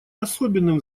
особенным